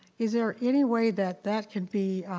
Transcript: is there any way that that can be